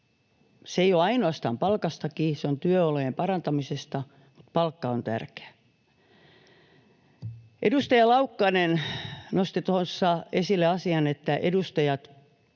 Se ei ole ainoastaan palkasta, se on myös työolojen parantamisesta kiinni, vaikka palkka on tärkeä. Edustaja Laukkanen nosti tuossa esille asian, että eduskunta